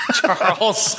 Charles